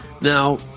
Now